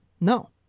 No